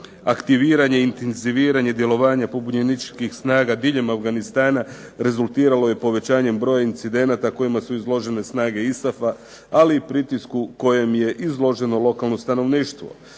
aktiviranje i intenziviranje djelovanja pobunjeničkih snaga diljem Afganistana rezultiralo je povećanjem broja incidenata kojima su izložene snage ISAF-a ali i pritisku kojem je izloženo lokalno stanovništvo.